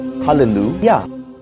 hallelujah